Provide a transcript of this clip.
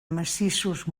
massissos